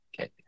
Okay